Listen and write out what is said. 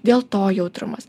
dėl to jautrumas